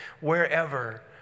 wherever